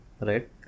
right